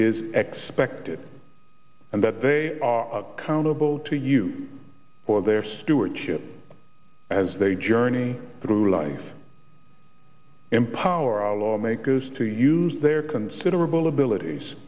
is expected and that they are accountable to you for their stewardship as they journey through life empower our lawmakers to use their considerable abilities